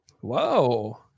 Whoa